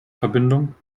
verbindung